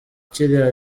kiriya